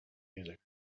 music